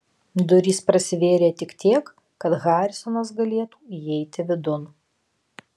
durys prasivėrė tik tiek kad harisonas galėtų įeiti vidun